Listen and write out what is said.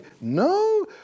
No